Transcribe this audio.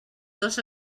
dos